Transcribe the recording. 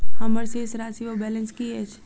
हम्मर शेष राशि वा बैलेंस की अछि?